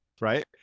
right